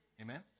Amen